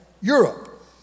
Europe